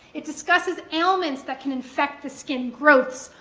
it discusses ailments that can infect the skin, growths,